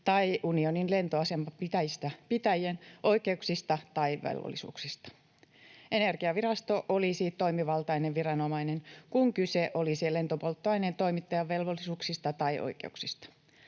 tai unionin lentoaseman pitäjien oikeuksista tai velvollisuuksista. Energiavirasto olisi toimivaltainen viranomainen, kun kyse olisi lentopolttoaineen toimittajan velvollisuuksista tai oikeuksista.